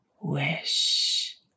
wish